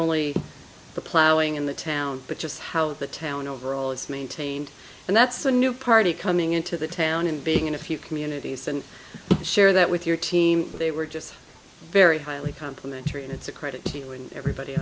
only the plowing in the town but just how the town overall it's maintained and that's a new party coming into the town and being in a few communities and share that with your team they were just very highly complimentary and it's a credit